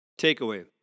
Takeaway